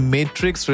Matrix